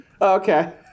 Okay